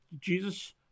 Jesus